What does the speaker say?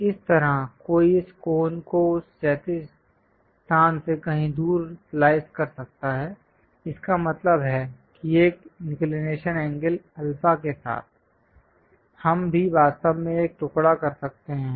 इसी तरह कोई इस कोन को उस क्षैतिज स्थान से कहीं दूर स्लाईस कर सकता है इसका मतलब है कि एक इंक्लिनेशन एंगल अल्फा के साथ हम भी वास्तव में एक टुकड़ा कर सकते हैं